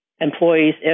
employees